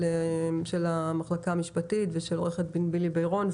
של המחלקה המשפטית ושל עו"ד בילי בירון,